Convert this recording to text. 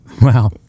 wow